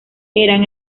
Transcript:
eran